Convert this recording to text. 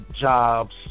jobs